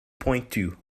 pointu